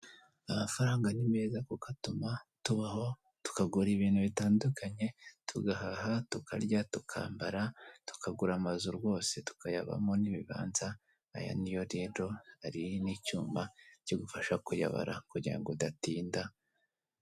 Amafaranga ni meza kuko atuma tubaho tukagura ibintu bitandukanye: tugahaha tukarya, tukambara tukagura amazu rwose, tukayabamo n'ibibanza aya niyo rero hari n'icyuma kigufasha kuyabara kugirango udatinda.